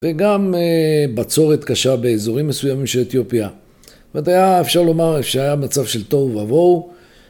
וגם בצורת קשה באזורים מסוימים של אתיופיה. זאת אומרת, אפשר לומר שהיה מצב של תוהו ובוהו